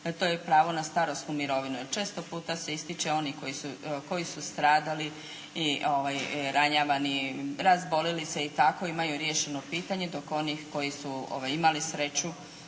to je pravo na starosnu mirovinu, često puta se ističe oni koji su stradali, ranjavani razbolili se i tako imaju riješeno pitanje, dok oni koji su imali sreću